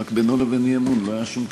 רק שבינו לבין אי-אמון לא היה שום קשר,